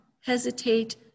hesitate